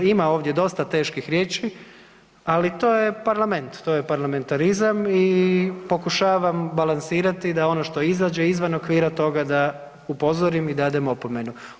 Ima ovdje dosta teških riječi ali to je parlament, to je parlamentarizam i pokušavam balansirati da ono što izađe izvan okvira toga da upozorim i dadem opomenu.